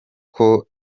koko